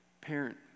Parent